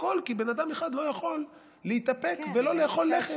הכול כי בן אדם אחד לא יכול להתאפק ולא לאכול לחם.